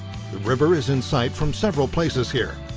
the river is in sight from several places here.